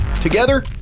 Together